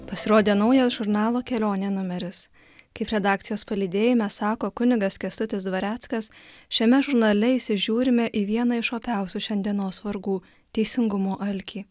pasirodė naujas žurnalo kelionė numeris kaip redakcijos palydėjime sako kunigas kęstutis dvareckas šiame žurnale įsižiūrime į vieną iš opiausių šiandienos vargų teisingumo alkį